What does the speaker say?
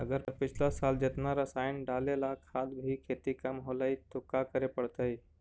अगर पिछला साल जेतना रासायन डालेला बाद भी खेती कम होलइ तो का करे पड़तई?